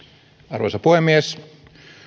arvoisa puhemies